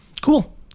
Cool